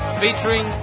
featuring